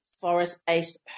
forest-based